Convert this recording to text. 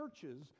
churches